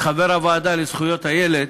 כחבר הוועדה לזכויות הילד,